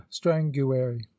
stranguary